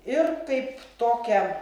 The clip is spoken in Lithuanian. ir taip tokią